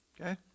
okay